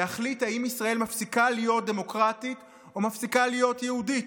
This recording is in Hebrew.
להחליט אם ישראל מפסיקה להיות דמוקרטית או מפסיקה להיות יהודית.